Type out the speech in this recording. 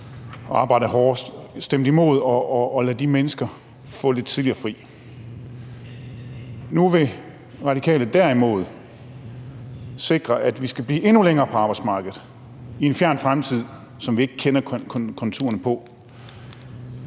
og arbejdet hårdest, få lidt tidligere fri. Nu vil Radikale derimod sikre, at vi skal blive endnu længere på arbejdsmarkedet i en fjern fremtid, som vi ikke kender konturerne af.